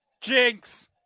Jinx